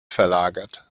verlagert